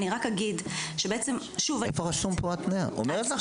איפה רשום פה התניה?